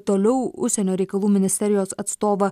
toliau užsienio reikalų ministerijos atstovą